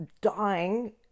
dying